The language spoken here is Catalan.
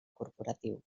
corporatiu